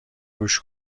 گوش